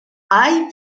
hay